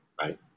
right